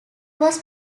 was